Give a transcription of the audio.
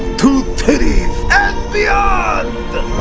to titties the ah um